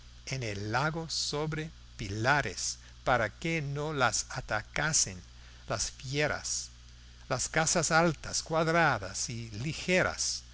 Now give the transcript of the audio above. en el lago sobre pilares para que no las atacasen las fieras las casas altas cuadradas y ligeras